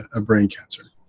a brain cancer.